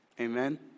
Amen